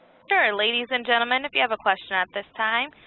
sure. ladies and gentlemen, if you have a question at this time,